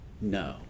No